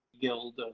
guild